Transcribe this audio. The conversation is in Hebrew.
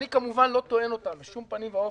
אני כמובן לא טוען אותן בשום פנים ואופן,